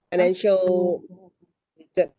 financial debt